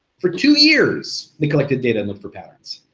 for two years they collected data and looked for patterns,